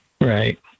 Right